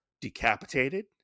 decapitated